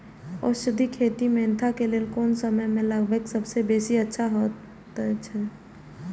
औषधि खेती मेंथा के लेल कोन समय में लगवाक सबसँ बेसी अच्छा होयत अछि?